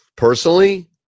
Personally